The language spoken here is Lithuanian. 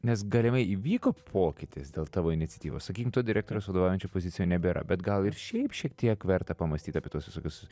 nes galimai įvyko pokytis dėl tavo iniciatyvos sakykim to direktoriaus vadovaujančioj pozicijoj nebėra bet gal ir šiaip šiek tiek verta pamąstyt apie tuos visokius